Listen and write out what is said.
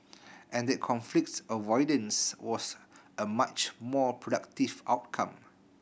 and that conflict avoidance was a much more productive outcome